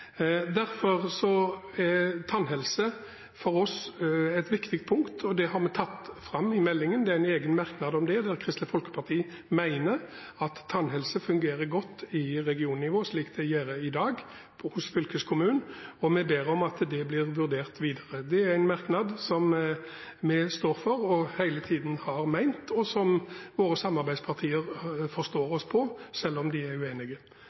er tannhelse for oss et viktig punkt, og det har vi tatt fram i meldingen – det er en egen merknad om det der Kristelig Folkeparti mener at tannhelse fungerer godt på regionnivå, slik det er i dag hos fylkeskommunene, og vi ber om at det blir vurdert videre. Det er en merknad som vi står for og hele tiden har ment, og som våre samarbeidspartier forstår oss på, selv om de er uenige.